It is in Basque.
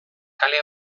kale